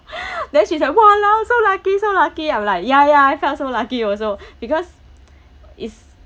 then she's like !walao! so lucky so lucky I'm like ya ya I felt so lucky also because it's